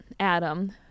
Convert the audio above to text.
Adam